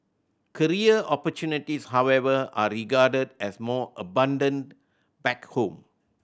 career opportunities however are regarded as more abundant back home